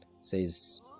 says